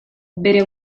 bere